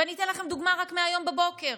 ואני אתן לכם דוגמה רק מהיום בבוקר.